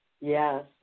Yes